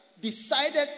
decided